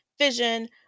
vision